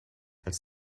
als